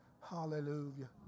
hallelujah